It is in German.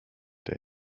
der